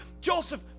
Joseph